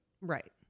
right